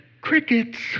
Crickets